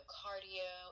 cardio